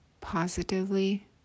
positively